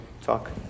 talk